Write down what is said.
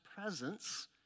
presence